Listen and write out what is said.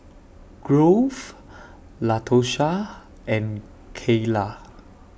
Grove Latosha and Keila